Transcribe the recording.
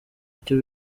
icyo